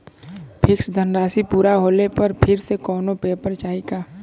Fix धनराशी पूरा होले पर फिर से कौनो पेपर चाही का?